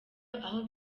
aho